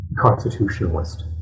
constitutionalist